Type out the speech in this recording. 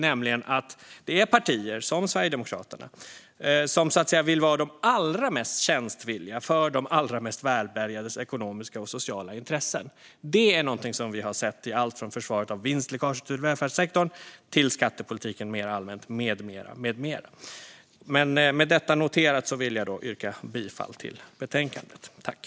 Det är partier som Sverigedemokraterna som vill vara de allra mest tjänstvilliga för de allra mest välbärgades ekonomiska och sociala intressen. Det är någonting som vi har sett i allt från försvaret av vinstläckaget ur välfärdssektorn till skattepolitiken mer allmänt med mera. Med detta noterat vill jag yrka bifall till utskottets förslag i betänkandet.